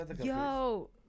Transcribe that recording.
yo